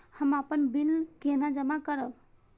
हम अपन बिल केना जमा करब?